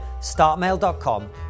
Startmail.com